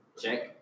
Check